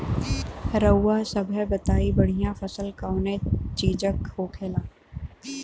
रउआ सभे बताई बढ़ियां फसल कवने चीज़क होखेला?